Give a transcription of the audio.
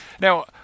Now-